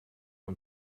und